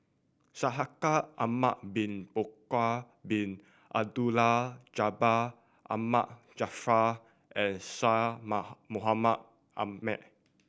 Shaikh Ahmad Bin Bakar Bin Abdullah Jabbar Ahmad Jaafar and Syed Moha Mohamed Ahmed